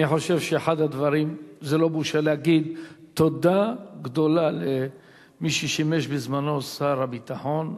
אני חושב שזו לא בושה להגיד תודה גדולה למי ששימש בזמנו שר הביטחון,